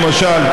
למשל,